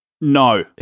No